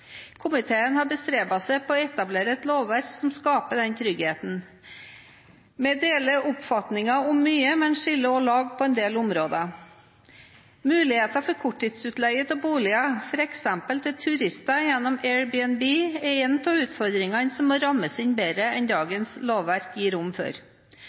Komiteen har bestrebet seg på å etablere et lovverk som skaper denne tryggheten. Vi deler oppfatninger om mye, men skiller også lag på en del områder. Mulighetene for korttidsutleie av boliger, f.eks. til turister gjennom Airbnb, er en av utfordringene som må rammes inn bedre enn dagens lovverk gir rom for.